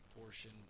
portion